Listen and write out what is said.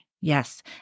Yes